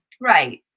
right